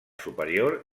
superior